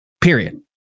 Period